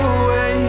away